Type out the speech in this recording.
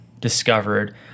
discovered